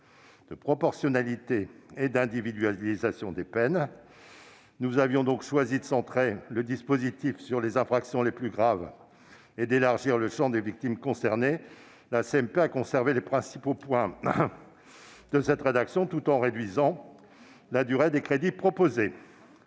de proportionnalité et d'individualisation des peines. Nous avions donc choisi de centrer le dispositif sur les infractions les plus graves et d'élargir le champ des victimes concernées. La CMP a conservé les principaux points de cette rédaction, tout en réduisant la durée des crédits proposés.